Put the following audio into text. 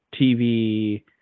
TV